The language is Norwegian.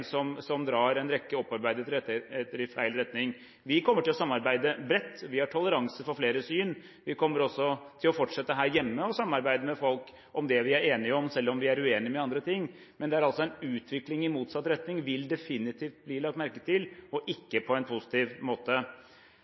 som drar en rekke opparbeidede rettigheter i feil retning. Vi kommer til å samarbeide bredt. Vi har toleranse for flere syn. Vi kommer også til å fortsette her hjemme å samarbeide med folk om det vi er enige om, selv om vi er uenige om andre ting. Men en utvikling i motsatt retning vil definitivt bli lagt merke til, og ikke på en positiv måte.